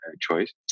choice